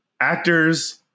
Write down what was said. actors